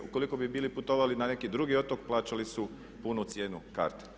Ukoliko bi bili putovali na neki drugi otok plaćali su punu cijenu karte.